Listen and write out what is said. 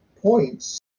points